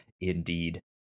indeed